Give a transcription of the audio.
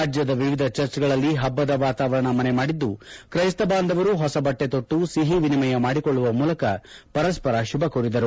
ರಾಜ್ಯದ ವಿವಿಧ ಚರ್ಚ್ಗಳಲ್ಲಿ ಹಬ್ಬದ ವಾತಾವರಣ ಮನೆ ಮಾಡಿದ್ದು ಕ್ನೆಸ್ತ ಬಾಂಧವರು ಹೊಸ ಬಟ್ಟೆ ತೊಟ್ಟು ಸಿಹಿ ವಿನಿಮಯ ಮಾಡಿಕೊಳ್ಳುವ ಮೂಲಕ ಪರಸ್ವರ ಶುಭ ಕೋರಿದರು